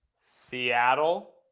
Seattle